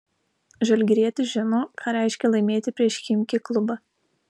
žalgirietis žino ką reiškia laimėti prieš chimki klubą